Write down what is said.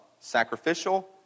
Sacrificial